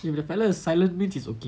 if the fellow silent means it's okay